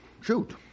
shoot